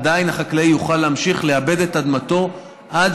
עדיין החקלאי יוכל להמשיך לעבד את אדמתו עד